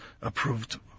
approved